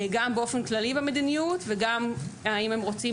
גם באופן כללי במדיניות והאם הם רוצים